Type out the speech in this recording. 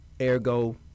ergo